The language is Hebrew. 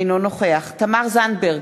אינו נוכח תמר זנדברג,